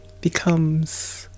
becomes